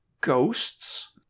ghosts